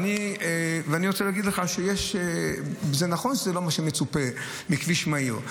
ואני רוצה להגיד לך שזה נכון שזה לא מה שמצופה מכביש מהיר,